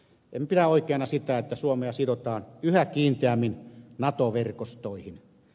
emme pidä oikeana sitä että suomea sidotaan yhä kiinteämmin nato verkostoihin